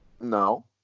No